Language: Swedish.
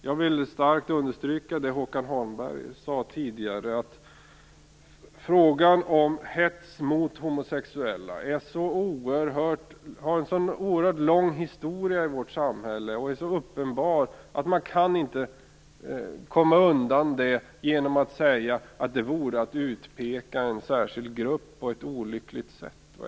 Jag vill starkt understryka det Håkan Holmberg sade tidigare: Frågan om hets mot homosexuella har en så oerhört lång historia i vårt samhälle och är så uppenbar att man inte kan komma undan den genom att säga att en sådan lagstiftning skulle innebära att man pekade ut en särskild grupp på ett olyckligt sätt.